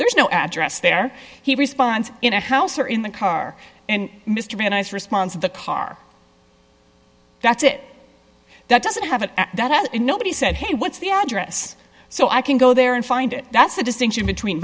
there's no address there he responds in a house or in the car and mr be nice response of the car that's it that doesn't have that and nobody said hey what's the address so i can go there and find it that's the distinction between